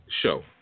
show